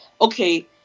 okay